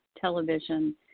television